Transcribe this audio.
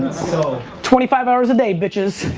so, twenty five hours a day bitches,